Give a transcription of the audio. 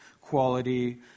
quality